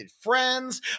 friends